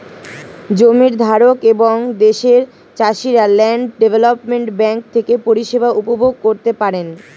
জমির ধারক এবং দেশের চাষিরা ল্যান্ড ডেভেলপমেন্ট ব্যাঙ্ক থেকে পরিষেবা উপভোগ করতে পারেন